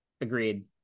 Agreed